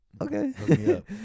Okay